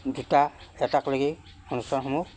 দুটা এটাকলেকি অনুষ্ঠানসমূহ